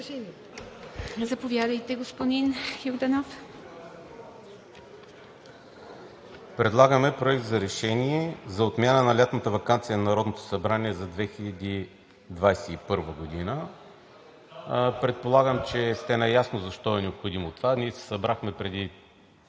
Предлагаме Проект на решение за отмяна на лятната ваканция на Народното събрание за 2021 г. Предполагам, че сте наясно защо е необходимо това? Ние се събрахме преди